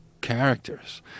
characters